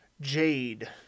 jade